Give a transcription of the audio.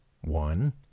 one